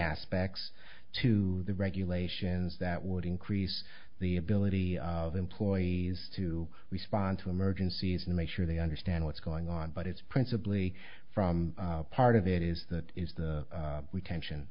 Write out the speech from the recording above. aspects to the regulations that would increase the ability of employees to respond to emergencies and make sure they understand what's going on but it's principally from part of it is that is the